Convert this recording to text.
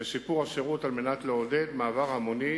ושיפור השירות על מנת לעודד מעבר המוני